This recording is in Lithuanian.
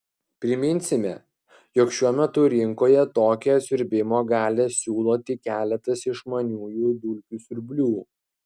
priminsime jog šiuo metu rinkoje tokią siurbimo galią siūlo tik keletas išmaniųjų dulkių siurblių